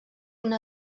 una